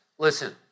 Listen